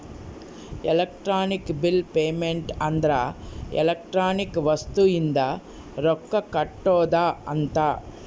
electronic bill payment ಅಂದ್ರ electronic ವಸ್ತು ಇಂದ ರೊಕ್ಕ ಕಟ್ಟೋದ ಅಂತ